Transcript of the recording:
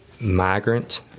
migrant